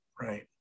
Right